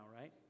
right